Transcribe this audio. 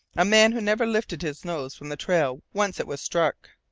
a man who never lifted his nose from the trail once it was struck,